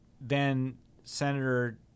then-Senator